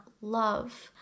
love